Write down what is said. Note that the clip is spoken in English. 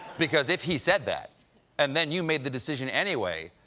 because if he said that and then you made the decision anyway,